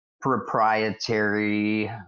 proprietary